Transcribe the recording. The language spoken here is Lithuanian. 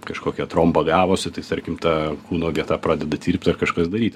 kažkokia tromba gavosi tai tarkim ta kūno vieta pradeda tirpt ar kažkas daryti